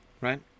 right